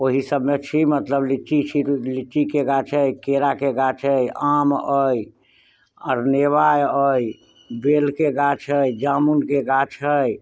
ओहि सबमे छी मतलब लिच्ची छी लिच्ची के गाछ अछि केरा के गाछ अछि आम अछि अरनेबा अछि बेलके गाछ अछि जामुन के गाछ अछि